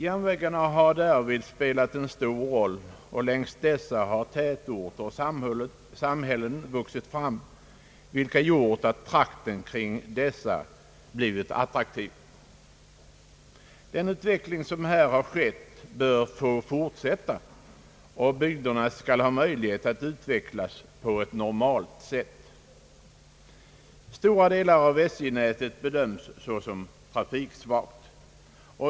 Järnvägarna har därvid spelat en stor roll, och längs dem har tätorter och samhällen vuxit fram, vilka gjort att trakten kring dessa blivit attraktiv. Den utveckling som här har skett bör få fortsätta. Bygderna skall ha möjlighet att utvecklas på ett normalt sätt. Stora delar av SJ-nätet bedöms såsom trafiksvaga.